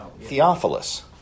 Theophilus